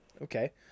okay